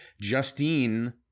Justine